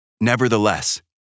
Nevertheless